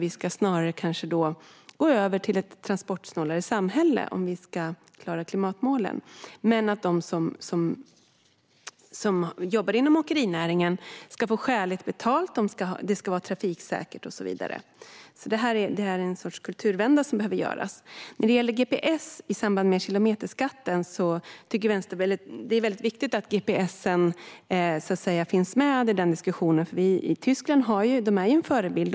Vi ska snarare kanske gå över till ett transportsnålare samhälle om vi ska klara klimatmålen, men de som jobbar inom åkerinäringen ska få skäligt betalt. Det ska vara trafiksäkert och så vidare. Det behöver alltså göras en sorts kulturvända. Sedan gäller det gps i samband med kilometerskatten. Det är väldigt viktigt att gps-frågan finns med i den diskussionen. Tyskland är en förebild.